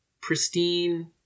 pristine